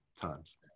times